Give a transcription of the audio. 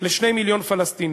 ל-2 מיליון פלסטינים.